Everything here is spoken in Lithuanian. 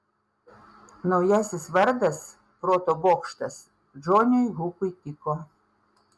naujasis vardas proto bokštas džonui hukui tiko